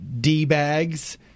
D-bags